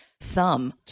thumb